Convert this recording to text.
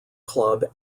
club